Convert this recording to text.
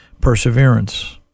Perseverance